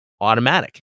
automatic